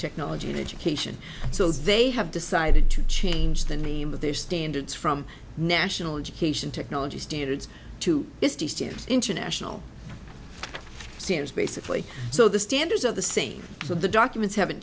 technology and education so they have decided to change the name of their standards from national education technology standards to international standards basically so the standards are the same the documents haven't